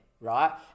right